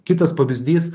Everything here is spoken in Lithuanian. kitas pavyzdys